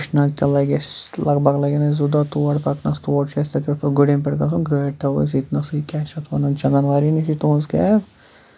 شیٖش ناگ تام لَگہِ اَسہِ لگ بگ لَگن اَسہِ زٕ دۄہ تور پَکنس تور چھُ اَسہِ تَتہِ پٮ۪ٹھ پتہٕ گُرین پٮ۪ٹھ گژھُن گٲڑۍ تھاوو أسۍ ییٚتہِ نسٕے کیاہ چھِ یَتھ وَنان چندنواری نِشٕے تُہنز کیب